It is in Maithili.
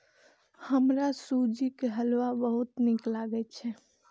हमरा सूजी के हलुआ बहुत नीक लागैए